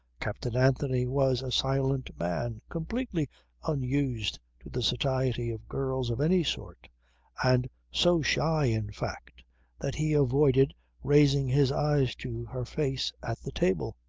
captain anthony was a silent man, completely unused to the society of girls of any sort and so shy in fact that he avoided raising his eyes to her face at the table.